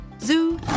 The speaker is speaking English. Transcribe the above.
Zoo